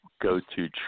go-to